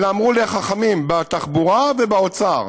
אלא אמרו לי החכמים, בתחבורה ובאוצר,